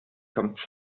kommt